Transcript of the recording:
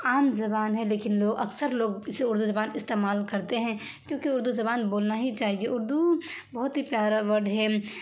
عام زبان ہے لیکن اکثر لوگ اسے اردو زبان استعمال کرتے ہیں کیونکہ اردو زبان بولنا ہی چاہیے اردو بہت ہی پیارا ورڈ ہے